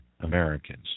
Americans